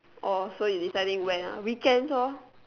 oh so you deciding when ah weekends lor